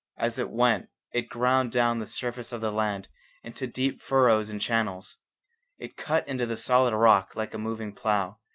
as it went it ground down the surface of the land into deep furrows and channels it cut into the solid rock like a moving plough,